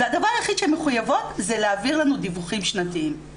והדבר היחיד שהן מחויבות זה להעביר לנו דיווחים שנתיים.